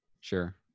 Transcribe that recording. sure